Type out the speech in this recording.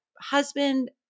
husband